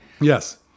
Yes